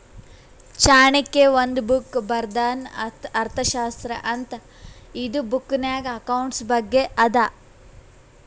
ಚಾಣಕ್ಯ ಒಂದ್ ಬುಕ್ ಬರ್ದಾನ್ ಅರ್ಥಶಾಸ್ತ್ರ ಅಂತ್ ಇದು ಬುಕ್ನಾಗ್ ಅಕೌಂಟ್ಸ್ ಬಗ್ಗೆ ಅದಾ